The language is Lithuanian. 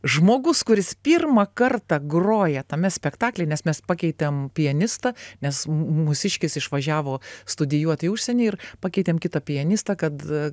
žmogus kuris pirmą kartą groja tame spektaklyje nes mes pakeitėm pianistą nes mūsiškis išvažiavo studijuot į užsienį ir pakeitėm kitą pianistą kad